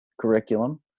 curriculum